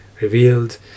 revealed